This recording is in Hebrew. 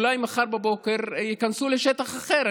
ואולי מחר בבוקר ייכנסו לשטח אחר.